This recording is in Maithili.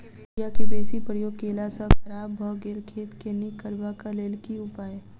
यूरिया केँ बेसी प्रयोग केला सऽ खराब भऽ गेल खेत केँ नीक करबाक लेल की उपाय?